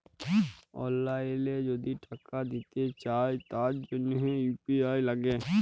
অললাইল যদি টাকা দিতে চায় তার জনহ ইউ.পি.আই লাগে